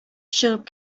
чыгып